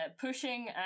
pushing